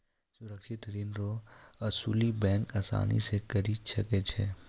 सुरक्षित ऋण रो असुली बैंक आसानी से करी सकै छै